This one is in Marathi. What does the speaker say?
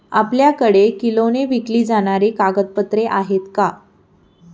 आपल्याकडे किलोने विकली जाणारी कागदपत्रे आहेत का?